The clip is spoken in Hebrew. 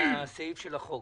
בסעיף של החוק.